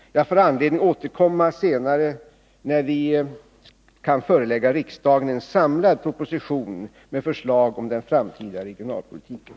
Jag får anledning återkomma senare, när vi kan förelägga riksdagen en samlad proposition med förslag i fråga om den framtida regionalpolitiken.